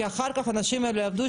כי אחר כך האנשים האלה יעבדו,